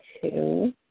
two